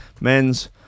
men's